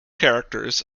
characters